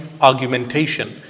argumentation